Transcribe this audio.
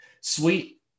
sweet